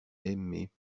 aimé